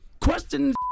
question